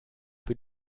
für